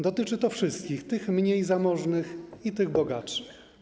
Dotyczy to wszystkich, tych mniej zamożnych i tych bogatszych.